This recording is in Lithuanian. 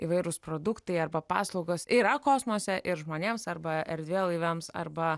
įvairūs produktai arba paslaugos yra kosmose ir žmonėms arba erdvėlaiviams arba